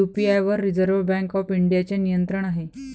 UPI वर reserve bank of इंडियाचे नियंत्रण आहे